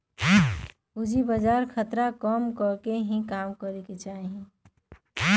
पूजी बजार खतरा सभ के कम करेकेँ काज सेहो करइ छइ